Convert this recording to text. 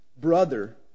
brother